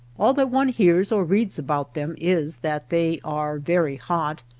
all that one hears or reads about them is that they are very hot,